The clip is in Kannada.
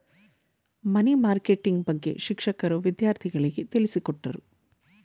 ಮನಿ ಮಾರ್ಕೆಟಿಂಗ್ ಬಗ್ಗೆ ಶಿಕ್ಷಕರು ವಿದ್ಯಾರ್ಥಿಗಳಿಗೆ ತಿಳಿಸಿಕೊಟ್ಟರು